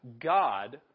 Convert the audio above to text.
God